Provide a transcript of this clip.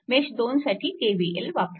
mesh 2 साठी KVL वापरा